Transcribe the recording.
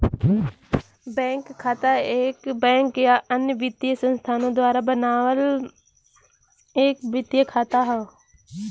bank खाता एक bank या अन्य वित्तीय संस्थान द्वारा बनावल एक वित्तीय खाता हौ